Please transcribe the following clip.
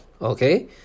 okay